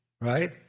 right